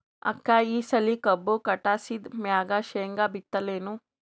ಅಕ್ಕ ಈ ಸಲಿ ಕಬ್ಬು ಕಟಾಸಿದ್ ಮ್ಯಾಗ, ಶೇಂಗಾ ಬಿತ್ತಲೇನು?